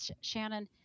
Shannon